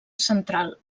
central